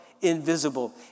invisible